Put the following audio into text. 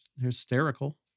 hysterical